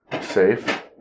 safe